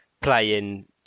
playing